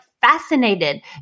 fascinated